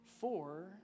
Four